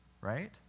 right